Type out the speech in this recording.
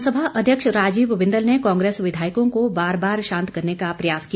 विधानसभा अध्यक्ष राजीव बिंदल ने कांग्रेस विधायकों को बार बार शांत करने का प्रयास किया